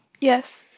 Yes